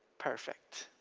perfect.